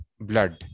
blood